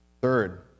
Third